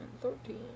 thirteen